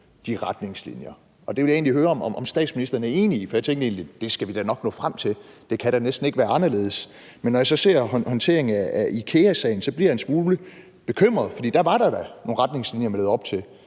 de retningslinjer. Jeg vil egentlig høre, om statsministeren er enig i det, for jeg tænkte egentlig, at det skal vi da nok nå frem til, for det kan da næsten ikke være anderledes, men når jeg så ser håndteringen af IKEA-sagen, bliver jeg en smule bekymret, for der var der da nogle retningslinjer, man levede op til,